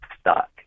stuck